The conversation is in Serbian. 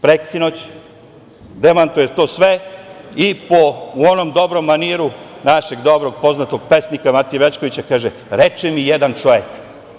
Preksinoć demantuje to sve i po onom dobrom maniru, našeg dobrog poznatog pesnika, Matije Bećkovića kaže – reče mi jedan čovek.